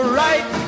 right